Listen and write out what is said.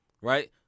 Right